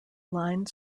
line